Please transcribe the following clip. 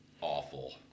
awful